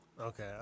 Okay